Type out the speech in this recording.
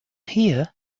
here